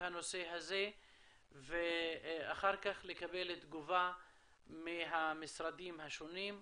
הנושא הזה ואחר כך לקבל תגובה מהמשרדים השונים.